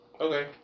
Okay